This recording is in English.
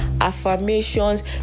affirmations